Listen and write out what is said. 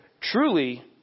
truly